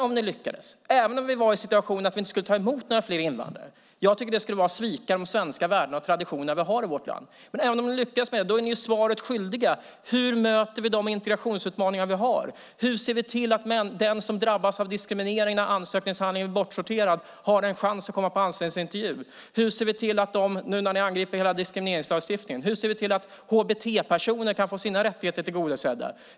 Om ni lyckades, om vi var i situationen att vi inte skulle ta emot några fler invandrare - jag tycker att det skulle vara att svika de svenska traditioner och värden vi har - blir ni svaret skyldiga: Hur möter vi de integrationsutmaningar vi har? Hur ser vi till att den som drabbas av diskriminering när ansökningshandlingen blir bortsorterad får en chans att komma på anställningsintervju? Hur ser vi till - ni angriper ju hela diskrimineringslagstiftningen - att hbt-personer kan få sina rättigheter tillgodosedda?